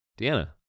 Deanna